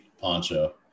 poncho